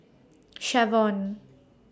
Shavon